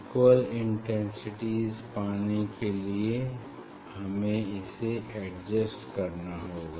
equal intensity पाने के लिए हमें इसे एडजस्ट करना होगा